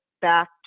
back